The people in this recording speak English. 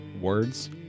words